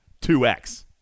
2x